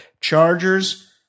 Chargers